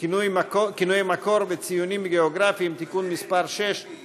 כינויי מקור וציונים גיאוגרפיים (תיקון מס' 6),